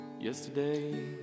yesterday